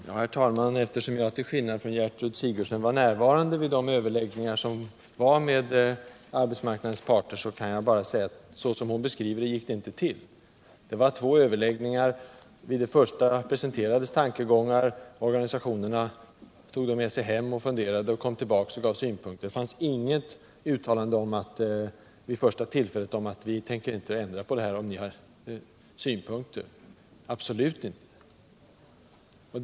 Herr talman! Eftersom jag till skillnad från Gertrud Sigurdsen var närvarande vid överläggningarna med arbetsmarknadens parter, kan jag tala om att det inte gick till så som hon har beskrivit det. Det förekom två överläggningar. Vid den första presenterades tankegångar. Organisationernas representanter tog dem med sig hem och funderade, varefter de kom tillbaka och lade fram sina synpunkter. Vid det första tillfället gjordes det inget uttalande om att vi inte tänkte ändra på förslaget, ifall vederbörande skulle komma med synpunkter, absolut inte.